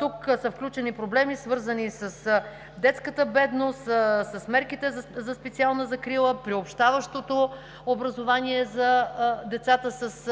Тук са включени проблеми, свързани с детската бедност, с мерките за специална закрила, приобщаващото образование за децата със